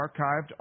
archived